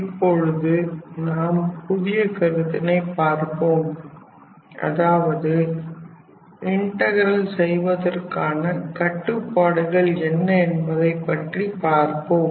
இப்பொழுது நாம் புதிய கருத்தினை பார்ப்போம் அதாவது இன்டகரல் செய்வதற்கான கட்டுப்பாடுகள் என்ன என்பதை பற்றி பார்ப்போம்